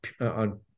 on